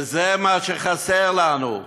וזה מה שחסר לנו,